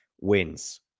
wins